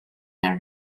and